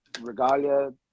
regalia